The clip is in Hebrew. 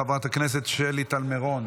חברת הכנסת שלי טל מירון,